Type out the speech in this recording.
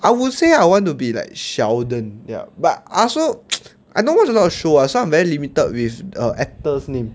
I would say I want to be like sheldon ya but I also I don't watch a lot of show ah so I'm very limited with err actor's name